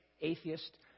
atheist